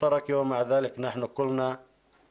המשותפת ולמרות עמדה זו אנו מדגישים שאנחנו נשארים